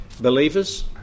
believers